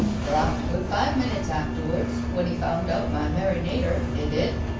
a laughed a good five minutes afterwards, when he found out my merry nater a did.